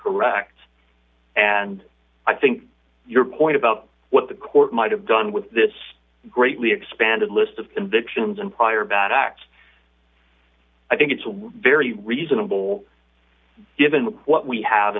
correct and i think your point about what the court might have done with this greatly expanded list of convictions and prior bad acts i think it's a very reasonable given what we have